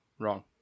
Wrong